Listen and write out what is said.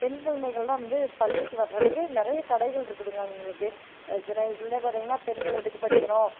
பெண் குழந்தைகள் தான் வந்து பள்ளிக்கு வர்றதுக்கு நிறைய தடைகளிருக்குதுங்க அவங்களுக்கு சின்ன வயசுலேருந்தே பார்த்திங்கன்னா பெண்கள் எதுக்கு படிக்கணும்